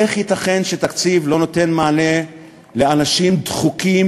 איך ייתכן שתקציב לא נותן מענה לאנשים דחוקים